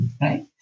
right